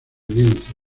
lienzo